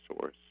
source